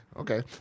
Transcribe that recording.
Okay